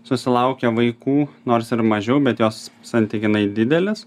susilaukia vaikų nors ir mažiau bet jos santykinai didelės